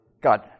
God